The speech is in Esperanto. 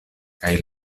kaj